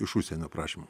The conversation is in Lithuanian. iš užsienio prašymų